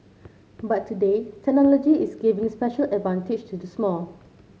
but today technology is giving special advantage to the small